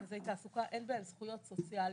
מרכזי תעסוקה אין בהם זכויות סוציאליות,